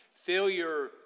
Failure